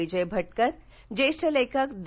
विजय भटकर ज्येष्ठ लेखक द